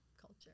culture